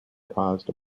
caused